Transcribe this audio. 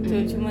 mm